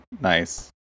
Nice